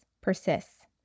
persists